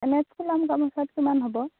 এনে ফুলাম গামোচাত কিমান হ'ব